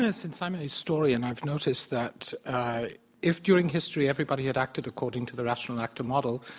and since i'm a historian, i've noticed that if during history everybody had acted according to the rational actor model,